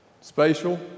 Spatial